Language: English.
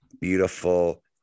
beautiful